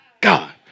God